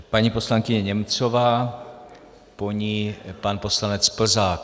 Paní poslankyně Němcová, po ní pan poslanec Plzák.